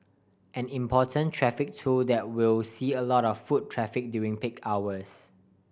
an important traffic tool that will see a lot of foot traffic during peak hours